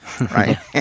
right